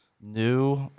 new